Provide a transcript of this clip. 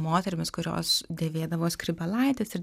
moterimis kurios dėvėdavo skrybėlaites ir